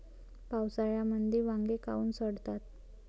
पावसाळ्यामंदी वांगे काऊन सडतात?